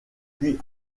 puis